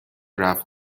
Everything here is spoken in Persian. رفت